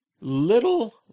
Little